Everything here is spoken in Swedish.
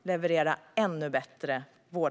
och leverera ännu bättre vård.